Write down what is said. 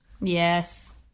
Yes